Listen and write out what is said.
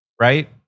right